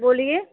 बोलिए